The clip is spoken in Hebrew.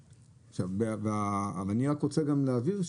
אני רוצה להבין,